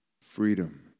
Freedom